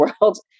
world